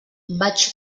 vaig